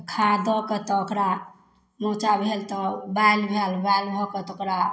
खाद दऽ कऽ तऽ ओकरा मोचा भेल तऽ बालि भेल बालि भऽ कऽ तऽ ओकरा